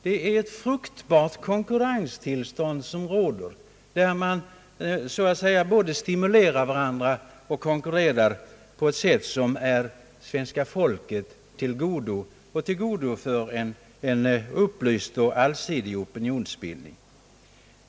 Det är ett fruktbart konkurrenstillstånd som råder och som innebär att man både stimulerar varandra och konkurrerar på ett sätt som kommer svenska folket och en upplyst och allsidig opinionsbildning till godo.